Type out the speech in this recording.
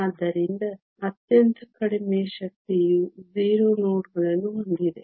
ಆದ್ದರಿಂದ ಅತ್ಯಂತ ಕಡಿಮೆ ಶಕ್ತಿಯು 0 ನೋಡ್ ಗಳನ್ನು ಹೊಂದಿದೆ